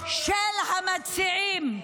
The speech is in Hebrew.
של המציעים.